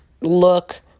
look